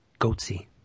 Goatsy